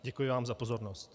Děkuji vám za pozornost.